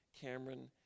Cameron